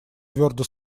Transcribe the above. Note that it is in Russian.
твердо